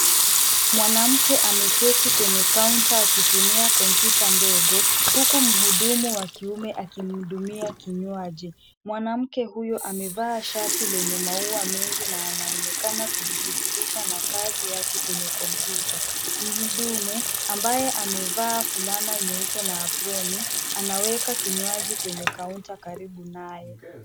Mwanamke ameketi kwenye kaonta akitumia kompyuta ndogo huku mhudumu wa kiume akimhudumia kinywaji. Mwanamke huyu amevaa shati lenye maua mengi na anaonekana kujishughulisha na kazi yake kwenye kompyuta. Mhudumu ambaye amevaa fulana nyeupe na aproni anaweka kinywaji kwenye kaonta karibu naye.